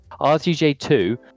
RTJ2